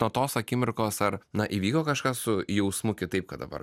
nuo tos akimirkos ar na įvyko kažkas su jausmu kitaip kad dabar